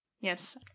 Yes